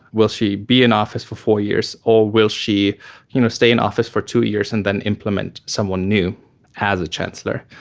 will she be in office for four years or will she you know stay in office two years and then implement someone new as a chancellor?